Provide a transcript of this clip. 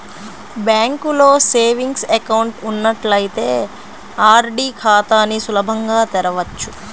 బ్యాంకులో savings account ఉన్నట్లయితే RD ఖాతాని సులభంగా తెరవచ్చు